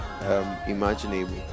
imaginable